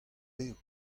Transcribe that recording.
bev